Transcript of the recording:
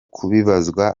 kubibazwa